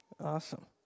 Awesome